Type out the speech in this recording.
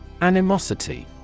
Animosity